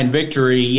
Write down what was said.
victory